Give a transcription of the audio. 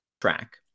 track